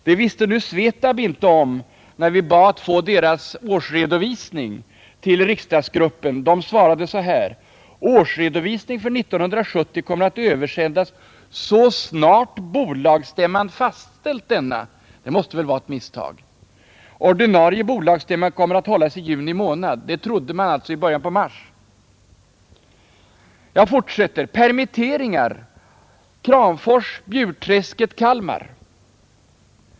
Det visste nu inte Svetab om när vi i riksdagsgruppen bad att få dess årsredovisning. Svetab svarade så här: årsredovisningen för 1970 kommer att översändas så snart bolagsstämman fastställt denna. Det måste väl vara ett misstag. Man trodde alltså i början av mars att ordinarie bolagsstämma skulle komma att hållas i juni. Permitteringar i Kramfors, Bjurträsket och Kalmar.